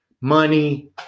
money